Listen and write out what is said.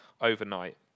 overnight